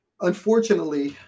Unfortunately